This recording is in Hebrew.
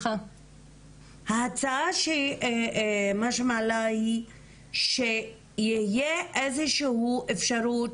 ההצעה שמאשה מעלה היא שתהיה איזה שהיא אפשרות